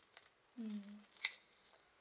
mm